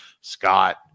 scott